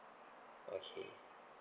okay